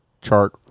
chart